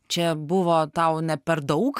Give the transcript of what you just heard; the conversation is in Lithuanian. čia buvo tau ne per daug